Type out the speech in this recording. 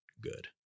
good